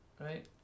right